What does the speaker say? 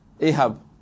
Ahab